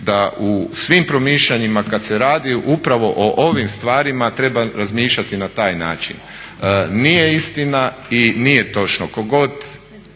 da u svim promišljanjima kad se radi upravo o ovim stvarima treba razmišljati na taj način. Nije istina i nije točno,